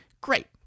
great